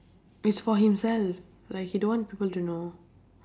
it's for himself like he don't want people to know